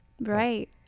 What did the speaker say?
Right